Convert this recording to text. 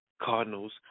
Cardinals